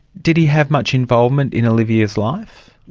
did he have much involvement in olivia's life?